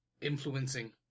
influencing